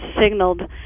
signaled